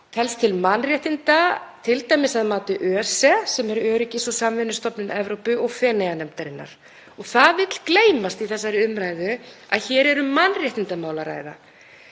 telst til mannréttinda, t.d. að mati ÖSE, Öryggis- og samvinnustofnunar Evrópu, og Feneyjanefndarinnar. Það vill gleymast í þessari umræðu að hér er um mannréttindamál að ræða.